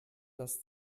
das